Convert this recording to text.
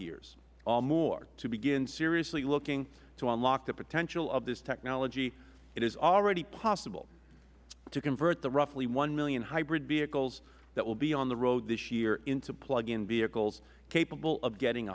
years or more to begin seriously looking to unlock the potential of this technology it is already possible to convert the roughly one million hybrid vehicles that will be on the road this year into plug in vehicles capable of getting